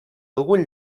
algun